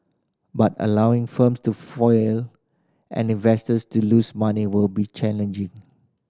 but allowing firms to fail and investors to lose money will be challenging